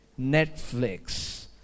Netflix